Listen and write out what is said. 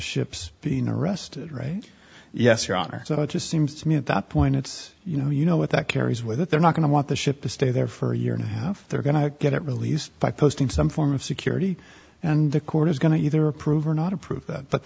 ships being arrested right yes your honor so it just seems to me at that point it's you know you know with that carries with it they're not going to want the ship to stay there for a year and they're going to get it released by posting some form of security and the court is going to either approve or not approve that but